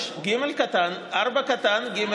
66(ג)(4)(ג).